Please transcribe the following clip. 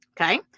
Okay